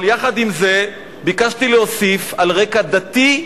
אבל יחד עם זה, ביקשתי להוסיף: על רקע דתי,